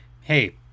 hey